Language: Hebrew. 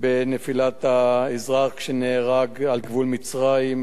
בצער על האזרח שנהרג בגבול מצרים,